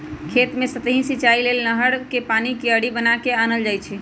खेत कें सतहि सिचाइ लेल नहर कें पानी क्यारि बना क आनल जाइ छइ